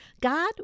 God